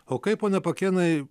o kaip ponia pakėnai